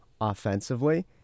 offensively